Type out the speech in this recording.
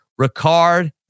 Ricard